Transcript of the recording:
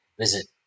Visit